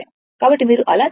కాబట్టి మీరు అలా చేస్తే